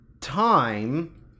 time